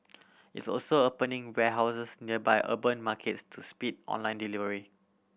it's also opening warehouses near by urban markets to speed online delivery